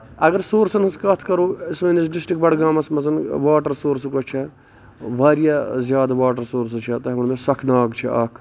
اَگر سورسَن ہٕنز کَتھ کرو سٲنِس ڈِسٹرک بڈگامَس منٛز واٹر سورسہٕ پٲٹھۍ چھےٚ واریاہ زیادٕ واٹر سورسِز چھِ یَتھ تۄہہِ ونو سۄکھناگ چھُ اکھ